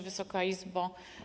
Wysoka Izbo!